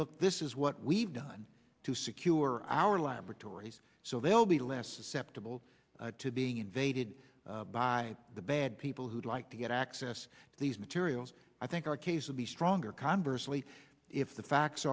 look this is what we've done to secure our laboratories so they'll be less susceptible to being invaded by the bad people who'd like to get access to these materials i think our case would be stronger conversely if the facts